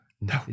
No